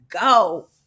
go